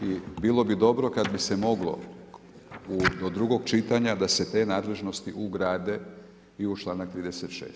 I bilo bi dobro kad bi se moglo do drugog čitanja da se te nadležnosti ugrade i u članak 36.